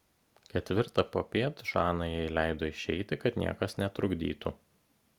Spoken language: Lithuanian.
ketvirtą popiet žana jai leido išeiti kad niekas netrukdytų